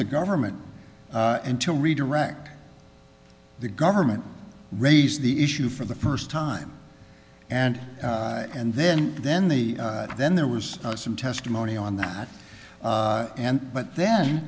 the government until redirect the government raised the issue for the first time and and then then the then there was some testimony on that and but then